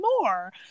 more